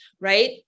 right